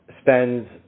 spends